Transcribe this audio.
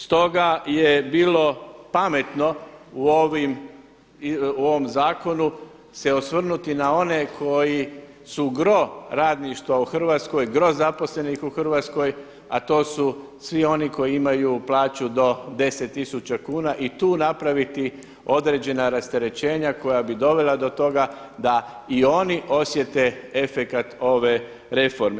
Stoga je bilo pametno u ovom zakonu se osvrnuti na one koji su gro radništva u Hrvatskoj, gro zaposlenih u Hrvatskoj a to su svi oni koji imaju plaću do 10 tisuća kuna i tu napraviti određena rasterećenja koja bi dovela do toga da i oni osjete efekat ove reforme.